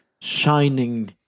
shining